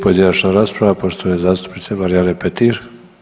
pojedinačna rasprava poštovane zastupnice Marijane Petir.